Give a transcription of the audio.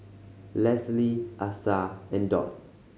Leslie Asa and Dot